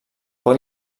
pot